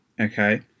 Okay